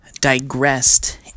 digressed